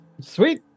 Sweet